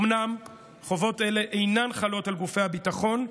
אומנם חובות אלה לא חלות על גופי הביטחון,